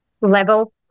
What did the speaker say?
level